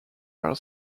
air